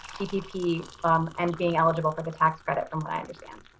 ppp and being eligible for the tax credit, from what i understand.